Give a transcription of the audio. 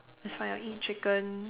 it's fine I'll eat chicken